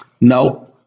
No